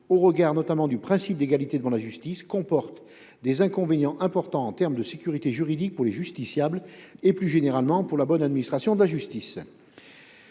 au regard notamment du principe d’égalité devant la justice, comportent des inconvénients importants en termes de sécurité juridique pour les justiciables et, plus généralement, pour la bonne administration de la justice